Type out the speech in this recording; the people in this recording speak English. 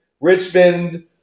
Richmond